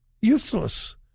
useless